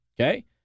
Okay